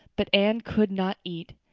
but anne could not eat.